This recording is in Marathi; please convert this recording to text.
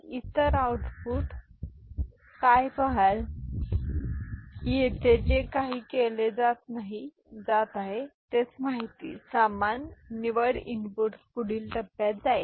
आणि इतर आउटपुट काय पहाल की येथे जे काही केले जात आहे तेच माहिती समान निवड इनपुट पुढील टप्प्यात जाईल